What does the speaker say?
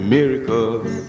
Miracles